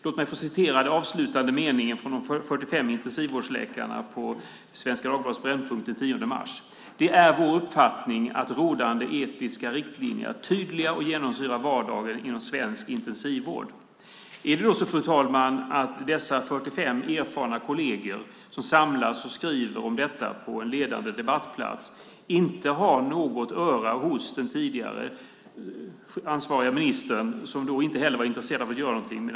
Låt mig få citera den avslutande meningen från de 45 intensivvårdsläkare som skrev på Svenska Dagbladets Brännpunkt den 10 mars: "Det är vår uppfattning att rådande etiska riktlinjer är tydliga och genomsyrar vardagen inom svensk intensivvård." Är det då så, fru talman, att dessa 45 erfarna kolleger som samlas och skriver om detta på en ledande debattplats inte har något öra hos den tidigare ansvariga ministern, som då inte heller var intresserad av att göra någonting?